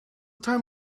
time